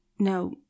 No